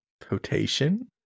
Potation